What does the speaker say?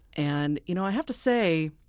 and you know i have to say,